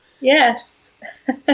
Yes